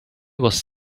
was